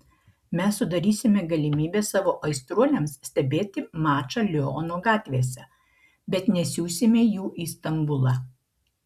mes sudarysime galimybę savo aistruoliams stebėti mačą liono gatvėse bet nesiųsime jų į stambulą